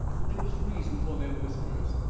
there was reason for their whispers.